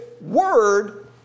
word